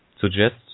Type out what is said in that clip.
suggest